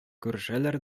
күрешәләр